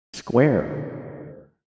square